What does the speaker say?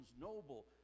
noble